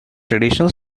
traditional